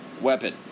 weapon